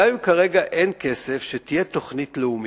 גם אם כרגע אין כסף, שתהיה תוכנית לאומית.